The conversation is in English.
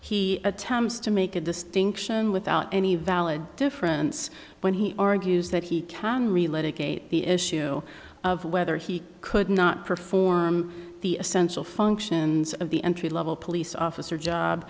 he attempts to make a distinction without any valid difference when he argues that he can relate a gate the issue of whether he could not perform the essential functions of the entry level police officer job